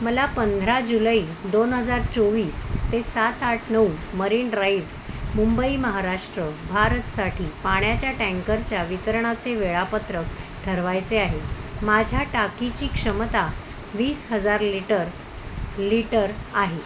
मला पंधरा जुलै दोन हजार चोवीस ते सात आठ नऊ मरीन ड्राईव्ह मुंबई महाराष्ट्र भारतसाठी पाण्याच्या टँकरच्या वितरणाचे वेळापत्रक ठरवायचे आहे माझ्या टाकीची क्षमता वीस हजार लिटर लिटर आहे